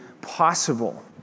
possible